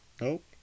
Nope